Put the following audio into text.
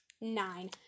Nine